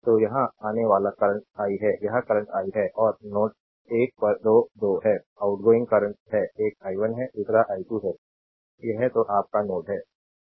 तो यहाँ आने वाला करंट i है यह करंट i है और नोड 1 पर 2 2 हैं आउटगोइंग करंट है एक i1 है दूसरा i2 है यह तो आप का नोड है १